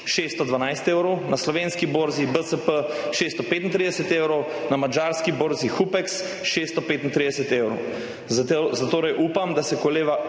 612 evrov, na slovenski borzi BSP 635 evrov, na madžarski borzi HUPX 635 evrov. Zatorej upam, da se kolega